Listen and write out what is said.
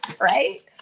right